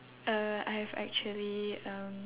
uh I have actually um